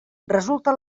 resulta